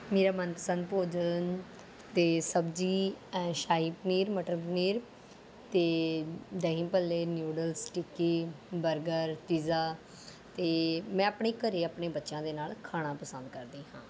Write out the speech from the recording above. ਮੇਰਾ ਮਨਪਸੰਦ ਭੋਜਨ ਅਤੇ ਸਬਜ਼ੀ ਅ ਸ਼ਾਹੀ ਪਨੀਰ ਮਟਰ ਪਨੀਰ ਅਤੇ dahi bhalle noodles tikki burger pizza ਅਤੇ ਮੈਂ ਆਪਣੇ ਘਰ ਆਪਣੇ ਬੱਚਿਆਂ ਦੇ ਨਾਲ ਖਾਣਾ ਪਸੰਦ ਕਰਦੀ ਹਾਂ